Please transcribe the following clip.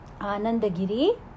Anandagiri